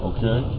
Okay